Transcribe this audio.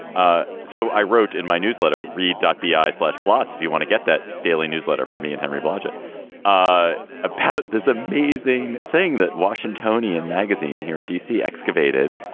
ah so i wrote in my newsletter read that b i flush plots. if you want to get that daily newsletter for me and henry blodget ah about this amazing thing that washingtonian magazine here in dc excavated,